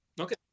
Okay